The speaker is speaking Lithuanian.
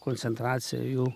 koncentracija jų